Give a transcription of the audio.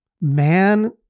Man